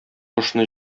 кошны